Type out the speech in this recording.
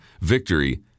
victory